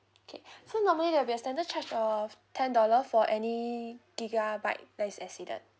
okay so normally there will be a standard charge of ten dollar for any gigabyte that is exceeded